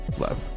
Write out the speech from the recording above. love